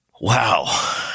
Wow